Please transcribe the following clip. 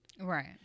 Right